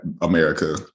america